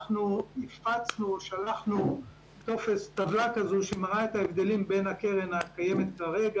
אנחנו שלחנו טבלה שמראה את ההבדלים בין הקרן הקיימת כרגע